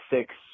six